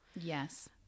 Yes